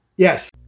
Yes